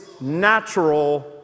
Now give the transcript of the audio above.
natural